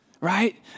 Right